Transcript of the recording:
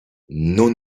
non